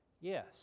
Yes